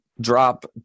drop